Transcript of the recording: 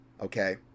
Okay